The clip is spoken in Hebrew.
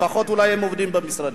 לפחות הם אולי עובדים במשרדים.